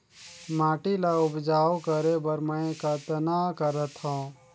माटी ल उपजाऊ करे बर मै कतना करथव?